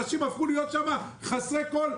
אנשים הפכו להיות שם חסרי כל,